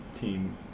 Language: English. team